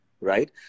Right